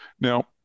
Now